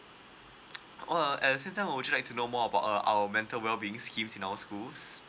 uh at the same time would you like to know more about uh our mental well being scheme in our schools